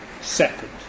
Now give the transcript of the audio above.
second